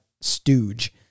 stooge